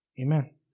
Amen